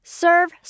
serve